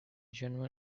general